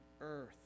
earth